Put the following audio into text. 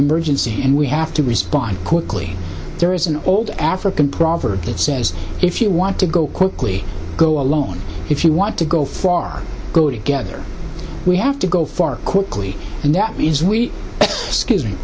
emergency and we have to respond quickly there is an old african proverb that says if you want to go quickly go alone if you want to go far go together we have to go far quickly and that is we